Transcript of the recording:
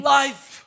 life